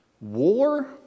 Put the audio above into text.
War